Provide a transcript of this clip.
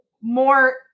more